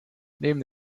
neben